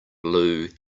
blue